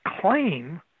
claim